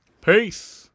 peace